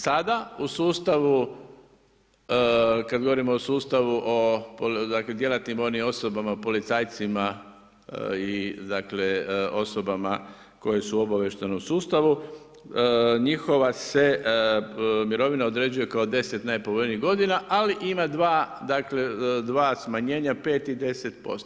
Sada, u sustavu, kad govorimo o sustavu o dakle, djelatnim vojnim osobama, policajcima i dakle, osobama koje su u obavještajnom sustavu, njihova se mirovina određuje kao 10 najpovoljnijih godina, ali ima dva dakle, dva smanjenja, 5 i 10%